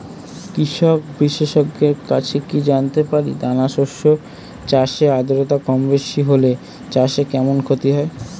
কৃষক বিশেষজ্ঞের কাছে কি জানতে পারি দানা শস্য চাষে আদ্রতা কমবেশি হলে চাষে কেমন ক্ষতি হয়?